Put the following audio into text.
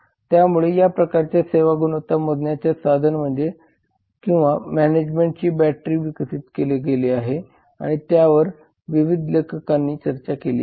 त्यामुळे या प्रकारच्या सेवा गुणवत्ता मोजण्याचे साधन किंवा मेजरमेंट बॅटरी विकसित केले गेले आहेत आणि त्यावर विविध लेखकांनी चर्चा केली आहे